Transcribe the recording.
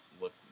look